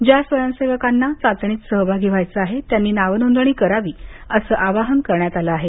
ज्या स्वयंसेवकांना चाचणीत सहभागी व्हायचं आहे त्यांनी नावनोंदणी करावी असं आवाहन करण्यात आलं आहे